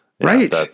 Right